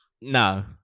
No